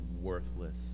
worthless